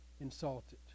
insulted